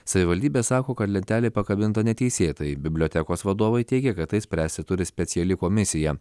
savivaldybė sako kad lentelė pakabinta neteisėtai bibliotekos vadovai teigia kad tai spręsti turi speciali komisija